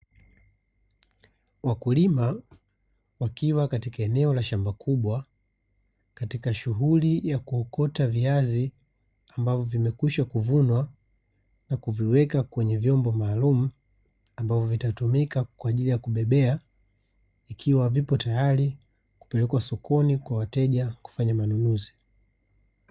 Wakulima wakiwa katika eneo la shamba kubwa, katika shughuli ya kuokota viazi ambavyo vimekwisha kuvunwa na kuviweka katika vyombo maalumu ambavyo vitatumika kwa ajili ya kubebea ikiwa vipo tayari kupelekwa sokoni kwa wateja kufanya manunuzi.